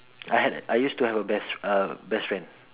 I had a I used to have a best uh best friend